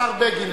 השר בגין,